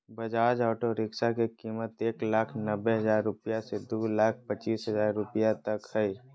Bajaj auto rickshaw के कीमत एक लाख नब्बे हजार रुपया से दू लाख पचीस हजार रुपया तक हइ